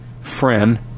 friend